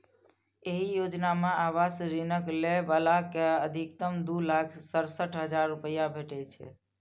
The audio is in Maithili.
एहि योजना मे आवास ऋणक लै बला कें अछिकतम दू लाख सड़सठ हजार रुपैया भेटै छै